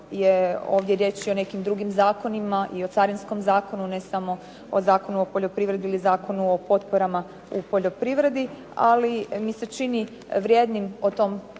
ovdje riječ i o nekim drugim zakonima i o Carinskom zakonu, ne samo o Zakonu o poljoprivredi ili Zakonu o potporama u poljoprivredi, ali mi se čini vrijednim o tome